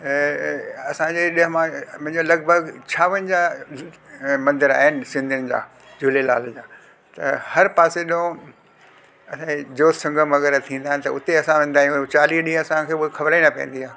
ऐं असांजे जमाने मुंजो लॻभॻि छावंजाहु मंदर आहिनि सिंधियुनि जा झूलेलाल जा त हर पासे जो ज्योति संगम वग़ैरह थींदा आहिनि त उते असां वेंदा आहियूं चालीह ॾींहं असांखे उहे ख़बर ई न पवंदी आहे